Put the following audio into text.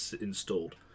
installed